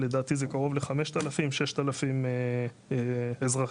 לדעתי זה כבר קרוב ל-5,000 או 6,000 אזרחים,